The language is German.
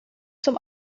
zum